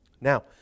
Now